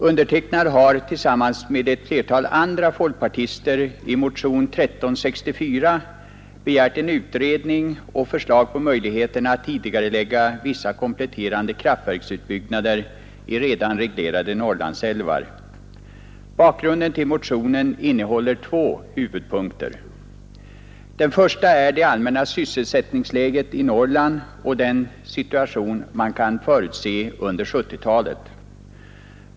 Undertecknad har tillsammans med ett flertal andra folkpartister i motionen 1364 begärt en utredning och förslag beträffande möjligheterna att tidigarelägga vissa kompletterande kraftverks Beträffande bakgrunden till motionen kan två huvudpunkter fram Torsdagen den BRNen 13 april 1972 Den första gäller det allmänna sysselsättningläget i Norrland och den situation man kan förutse under 1970-talet.